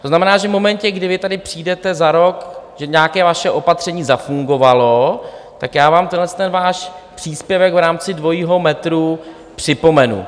To znamená, že v momentě, kdy vy tady přijdete za rok, že nějaké vaše opatření zafungovalo, tak já vám tenhleten váš příspěvek v rámci dvojího metru připomenu.